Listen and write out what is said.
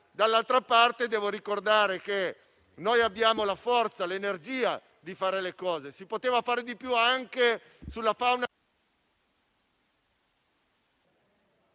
Dall'altra parte, devo ricordare che noi abbiamo la forza, l'energia di fare le cose. Si poteva fare di più anche sulla fauna,